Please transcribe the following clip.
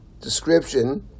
description